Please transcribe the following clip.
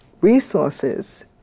resources